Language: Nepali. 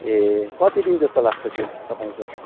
ए कति दिन जस्तो लाग्छ त्यो तपाईँको